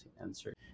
answer